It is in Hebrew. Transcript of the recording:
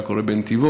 מה קורה בנתיבות,